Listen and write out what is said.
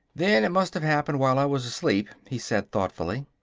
then it must have happened while i was asleep, he said, thoughtfully.